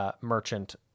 merchant